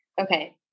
Okay